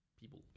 people